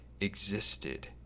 existed